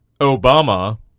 obama